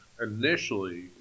Initially